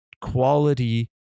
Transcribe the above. quality